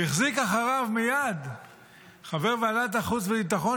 והחזיק אחריו מייד חבר ועדת החוץ והביטחון,